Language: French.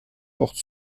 porte